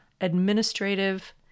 administrative